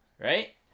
right